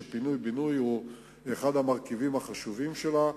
ש"פינוי בינוי" הוא אחד המרכיבים החשובים בה,